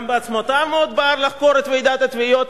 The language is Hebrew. גם בעצמותיו מאוד בער לחקור את ועידת התביעות,